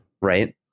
Right